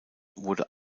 wurde